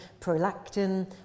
prolactin